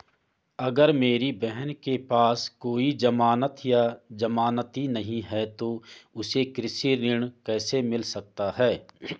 अगर मेरी बहन के पास कोई जमानत या जमानती नहीं है तो उसे कृषि ऋण कैसे मिल सकता है?